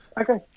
Okay